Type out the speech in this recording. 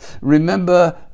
remember